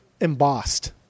embossed